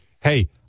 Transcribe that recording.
Hey